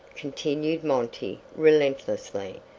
continued monty, relentlessly,